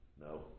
No